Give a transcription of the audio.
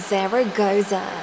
Zaragoza